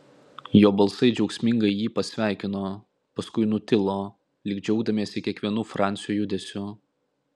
jo balsai džiaugsmingai jį pasveikino paskui nutilo lyg džiaugdamiesi kiekvienu francio judesiu